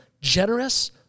generous